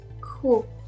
Cool